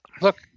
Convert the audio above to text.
Look